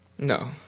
No